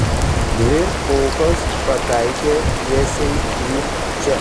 dvi kulkos pataikė tiesiai į čia